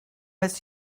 its